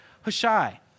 Hushai